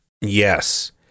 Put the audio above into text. Yes